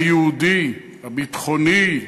היהודי, הביטחוני,